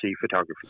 Photography